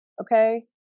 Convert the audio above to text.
okay